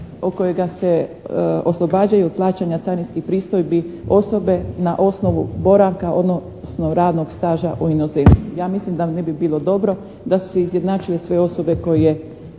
kojega se oslobađaju od plaćanja carinskih pristojbi osobe na osnovu boravka, odnosno radnog staža u inozemstvu. Ja mislim da ne bi bilo dobro da su se izjednačile sve osobe koje